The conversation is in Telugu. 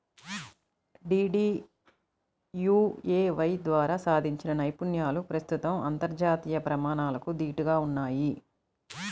డీడీయూఏవై ద్వారా సాధించిన నైపుణ్యాలు ప్రస్తుతం అంతర్జాతీయ ప్రమాణాలకు దీటుగా ఉన్నయ్